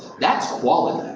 that's quality.